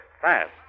fast